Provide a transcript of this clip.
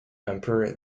emperor